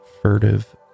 furtive